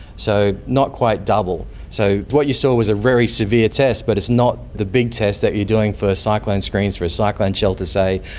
so not quite double. so what you saw was a very severe test, but it's not the big test that you're doing for cyclone screens for a cyclone shelter say,